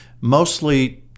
mostly